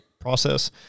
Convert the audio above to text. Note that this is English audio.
process